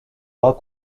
parois